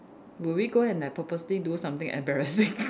would we go and like purposely do something embarrassing